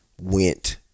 went